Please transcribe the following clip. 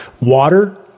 water